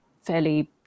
fairly